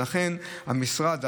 ולכן המשרד,